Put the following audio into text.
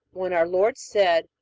when our lord said,